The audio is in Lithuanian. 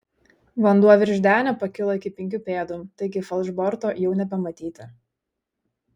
vanduo virš denio pakilo iki penkių pėdų taigi falšborto jau nebematyti